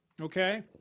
okay